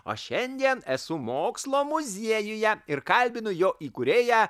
o šiandien esu mokslo muziejuje ir kalbinu jo įkūrėją